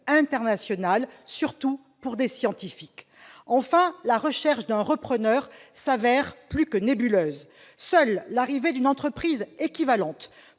internationale, surtout pour des scientifiques. Enfin, la recherche d'un repreneur se révèle plus que nébuleuse. Seule l'arrivée d'une entreprise équivalente,